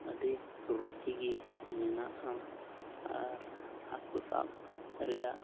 ᱟᱹᱰᱤ ᱨᱩᱪᱤ ᱜᱮ ᱢᱮᱱᱟᱜᱼᱟ ᱟᱨ ᱦᱟᱹᱠᱩ ᱥᱟᱵ ᱨᱮᱭᱟᱜ